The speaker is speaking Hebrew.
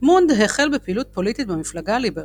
מונד החל בפעילות פוליטית במפלגה הליברלית,